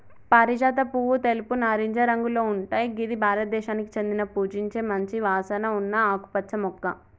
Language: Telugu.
పారిజాత పువ్వు తెలుపు, నారింజ రంగులో ఉంటయ్ గిది భారతదేశానికి చెందిన పూజించే మంచి వాసన ఉన్న ఆకుపచ్చ మొక్క